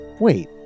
Wait